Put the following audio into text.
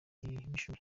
b’ishuri